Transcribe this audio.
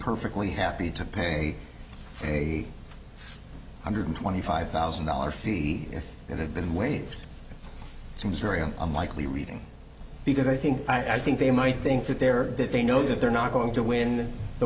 perfectly happy to pay a hundred twenty five thousand dollars fee if it had been waived it seems very unlikely reading because i think i think they might think that they're that they know that they're not going to win the